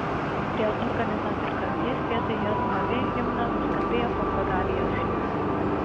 dėl organizatorių kaltės vietoj jav himno nuskambėjo portugalijos himnas